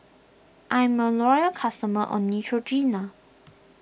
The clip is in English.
I'm a loyal customer of Neutrogena